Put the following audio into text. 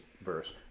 verse